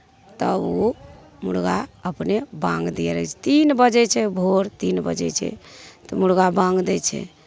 तब ओ मुर्गा अपने बाङ्ग दीअ लगै छै तीन बजै छै भोर तीन बजै छै तऽ मुर्गा बाङ्ग दै छै